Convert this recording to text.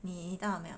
你到了没有